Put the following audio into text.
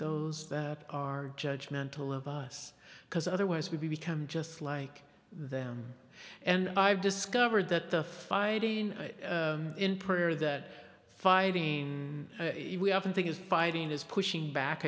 those that are judge mental of us because otherwise we become just like them and i've discovered that the fighting in prayer that fighting we often think is fighting is pushing back